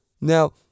Now